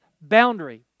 boundary